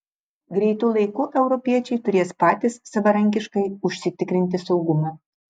greitu laiku europiečiai turės patys savarankiškai užsitikrinti saugumą